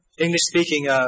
English-speaking